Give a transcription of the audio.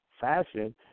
fashion